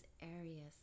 areas